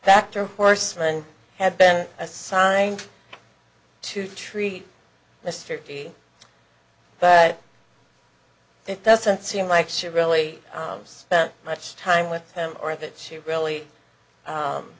factor horsemen have been assigned to treat mr d but it doesn't seem like she really spent much time with him or that she really